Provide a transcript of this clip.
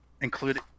include